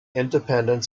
independent